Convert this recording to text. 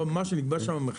כלומר המחיר שנקבע שם,